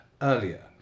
earlier